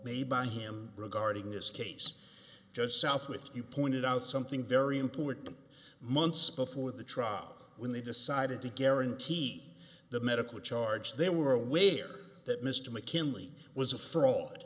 made by him regarding this case just south with you pointed out something very important months before the trial when they decided to guarantee the medical charge they were aware that mr mckinley was a fraud